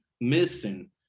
missing